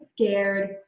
scared